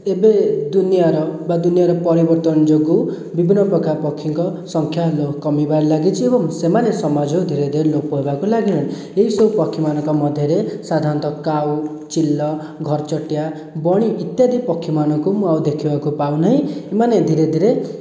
ଏବେ ଦୁନିଆର ବା ଦୁନିଆର ପରିବର୍ତ୍ତନ ଯୋଗୁଁ ବିଭିନ୍ନ ପ୍ରକାର ପକ୍ଷୀଙ୍କ ସଂଖ୍ୟା ବହୁତ କମିବାରେ ଲାଗିଛି ଏବଂ ସେମାନେ ସମାଜରୁ ଧିରେ ଧିରେ ଲୋପ ପାଇବାକୁ ଲାଗିଲେଣି ଏଇସବୁ ପକ୍ଷୀ ମାନଙ୍କ ମଧ୍ୟରେ ସାଧାରଣତଃ କାଉ ଚିଲ ଘରଚଟିଆ ବଣି ଇତ୍ୟାଦି ପକ୍ଷୀମାନଙ୍କୁ ମୁଁ ଆଉ ଦେଖିବାକୁ ପାଉନାହିଁ ଏମାନେ ଧିରେ ଧିରେ